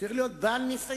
הוא צריך להיות בעל הניסיון,